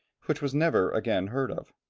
which was never again heard of.